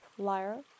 lyre